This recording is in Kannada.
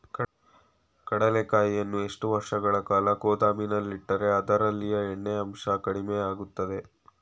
ಕಡ್ಲೆಕಾಯಿಯನ್ನು ಎಷ್ಟು ವರ್ಷಗಳ ಕಾಲ ಗೋದಾಮಿನಲ್ಲಿಟ್ಟರೆ ಅದರಲ್ಲಿಯ ಎಣ್ಣೆ ಅಂಶ ಕಡಿಮೆ ಆಗುತ್ತದೆ?